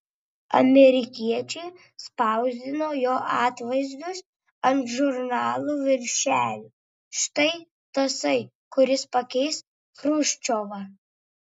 amerikiečiai spausdino jo atvaizdus ant žurnalų viršelių štai tasai kuris pakeis chruščiovą